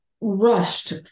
rushed